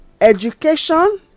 Education